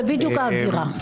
זה בדיוק האווירה.